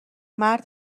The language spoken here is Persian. مرد